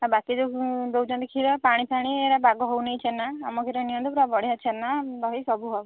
ଆଉ ବାକି ଯେଉଁ ଦେଉଛନ୍ତି କ୍ଷୀର ପାଣି ଫାଣି ଏରା ବାଗ ହେଉନି ଛେନା ଆମ କ୍ଷୀର ନିଅନ୍ତୁ ପୁରା ବଢ଼ିଆ ଛେନା ଦହି ସବୁ ହବ